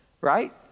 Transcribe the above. right